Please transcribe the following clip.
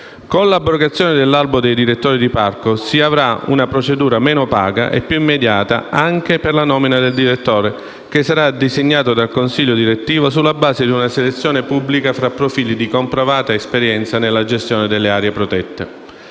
Con l'abrogazione dell'albo dei direttori di parco si avrà una procedura meno opaca e più immediata anche per la nomina del direttore, che sarà designato dal consiglio direttivo sulla base di una selezione pubblica tra profili di comprovata esperienza nella gestione delle aree protette.